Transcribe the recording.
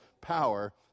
power